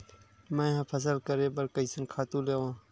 मैं ह फसल करे बर कइसन खातु लेवां?